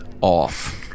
off